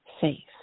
safe